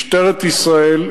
משטרת ישראל,